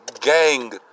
gang